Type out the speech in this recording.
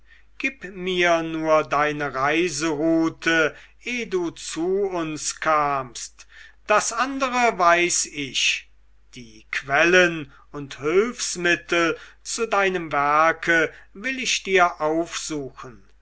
gib mir nur deine reiseroute ehe du zu uns kamst das andere weiß ich die quellen und hülfsmittel zu deinem werke will ich dir aufsuchen